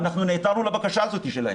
אנחנו נעתרנו לבקשה הזאת שלהם.